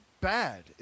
bad